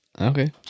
Okay